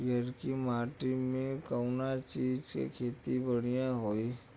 पियरकी माटी मे कउना चीज़ के खेती बढ़ियां होई?